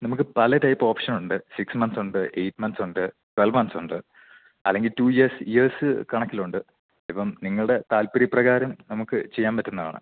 നമുക്ക് പല ടൈപ്പ് ഓപ്ഷനുണ്ട് സിക്സ് മന്ത്സ് ഉണ്ട് എയ്റ്റ് മന്ത്സ് ഉണ്ട് ട്വൽവ് മന്ത്സ് ഉണ്ട് അല്ലെങ്കിൽ ടു ഇയേഴ്സ് ഇയേഴ്സ് കണക്കിലുണ്ട് ഇപ്പം നിങ്ങളുടെ താൽപ്പര്യ പ്രകാരം നമുക്ക് ചെയ്യാൻ പറ്റുന്നതാണ്